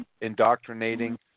indoctrinating